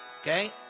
Okay